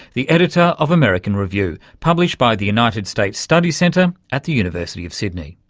the editor of american review, published by the united states studies centre at the university of sydney.